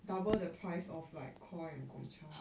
double the price of like Koi and Gong Cha